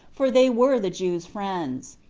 for they were the jews' friends.